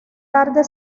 tarde